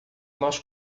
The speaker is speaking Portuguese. nós